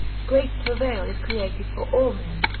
great travail is created for all men,